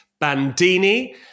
Bandini